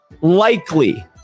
likely